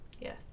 Yes